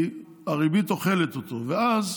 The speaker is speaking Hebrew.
כי הריבית אוכלת אותו, ואז,